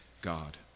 God